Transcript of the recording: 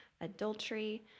adultery